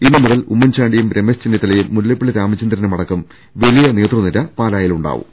ഇന്നു മുതൽ ഉമ്മൻ ചാണ്ടിയും രമേശ് ചെന്നിത്തലയും മുല്ലപ്പള്ളി രാമചന്ദ്രനും അടക്കം വലിയ നേതൃനിര പാലായിലുണ്ടാകും